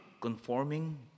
conforming